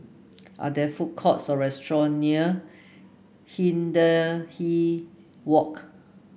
are there food courts or restaurant near Hindhede Walk